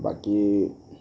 বাকী